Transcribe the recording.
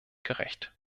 gerecht